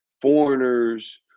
foreigners